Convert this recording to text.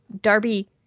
Darby